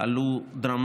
המחירים עלו דרמטית.